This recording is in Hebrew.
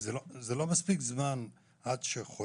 זה לא מספיק זמן לחולה